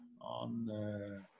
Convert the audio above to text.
on